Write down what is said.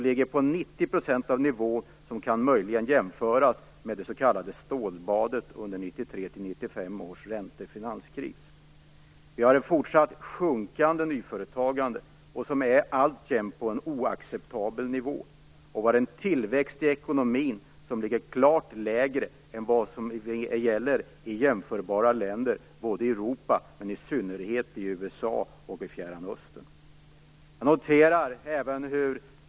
Nivån är 90 % av en nivå som möjligen kan jämföras med den under det s.k. stålbadet under ränte och finanskrisen 1993 Vi har ett fortsatt sjunkande nyföretagande. Den är alltjämt på en oacceptabel nivå. Vi har en tillväxt i ekonomin som ligger klart lägre än vad som gäller i jämförbara länder i Europa och i synnerhet i USA och i Fjärran östern.